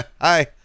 hi